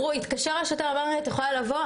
התקשר השוטר, אמר לי, את יכולה לבוא?